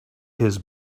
his